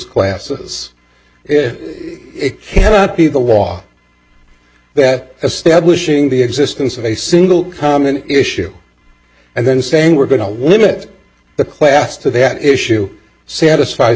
classes if it cannot be the law that establishing the existence of a single common issue and then saying we're going to limit the class to that issue satisfies